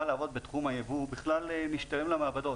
לעבוד בתחום היבוא משתלם למעבדות.